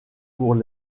pour